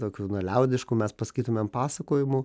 tokių na liaudiškų mes pasakytumėm pasakojimų